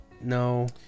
No